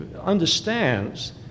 understands